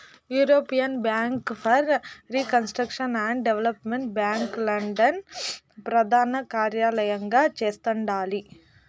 European bank for reconstruction and development bank London ప్రదానకార్యలయంగా చేస్తండాలి